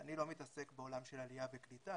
אני לא מתעסק בעולם של עלייה וקליטה,